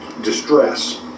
distress